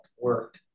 work